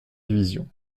division